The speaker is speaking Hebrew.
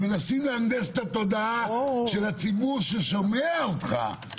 מנסים להנדס את התודעה של הציבור ששומע אותך,